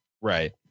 Right